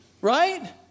right